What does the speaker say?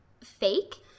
fake